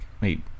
wait